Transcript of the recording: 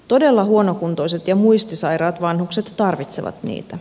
todella huonokuntoiset ja muistisairaat vanhukset tarvitsevat niitä